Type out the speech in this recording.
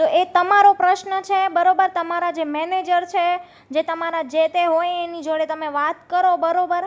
તો એ તમારો પ્રશ્ન છે બરોબર તમારા જે મેનેજર છે જે તમારા જે તે હોય એની જોડે તમે વાત કરો બરોબર